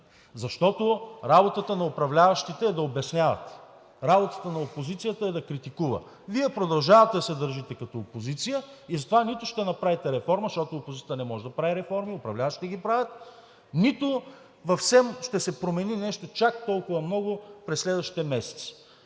защото работата на управляващите е да обясняват, работата на опозицията е да критикува. Вие продължавате да се държите като опозиция и затова нито ще направите реформа, защото опозицията не може да прави реформи – управляващите ги правят, нито в СЕМ ще се промени нещо чак толкова много през следващите месеци.